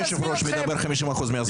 אתה יודע שהיושב-ראש מדבר ב- 50% מהזמן בוועדה?